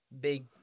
big